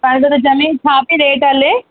फ़ाइदो त ज़मीन छा पेई रेट हले